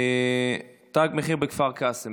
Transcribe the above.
תג מחיר בכפר קאסם.